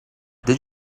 did